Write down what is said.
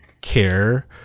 care